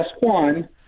one